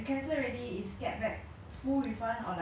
!wah! thankfully is full refund for